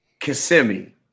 Kissimmee